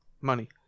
money